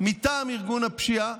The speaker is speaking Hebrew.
מטעם ארגון הפשיעה,